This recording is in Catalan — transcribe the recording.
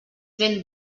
ben